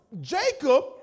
Jacob